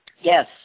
Yes